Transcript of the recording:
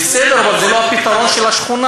בסדר, אבל זה לא הפתרון של השכונה.